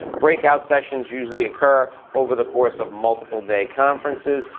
breakout sessions usually occur over the course of multiple day conferences,